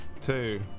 two